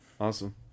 awesome